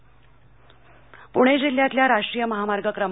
सातारा पुणे जिल्ह्यातल्या राष्ट्रीय महामार्ग क्र